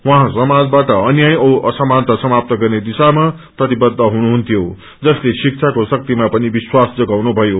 उहौँ समाजवाट अन्याय औ असमानता समाप्त गर्ने दिशामा प्रतिबद्ध हुनुहुन्थ्यो जसले शिक्षाको शक्तिमा पनि विश्वास जगाउनुभयो